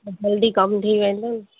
त जल्दी कमु थी वेंदो न